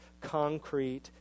concrete